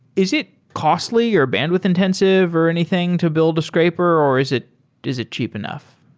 is it costly your bandwidth-intensive or anything to build a scraper or is it is it cheap enough?